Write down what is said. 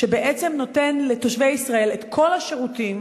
שבעצם נותן לתושבי ישראל את כל השירותים,